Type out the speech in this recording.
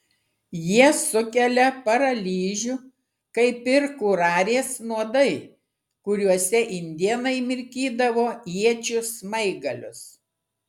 jie sukelia paralyžių kaip ir kurarės nuodai kuriuose indėnai mirkydavo iečių smaigalius